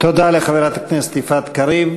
תודה לחברת הכנסת יפעת קריב.